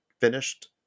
finished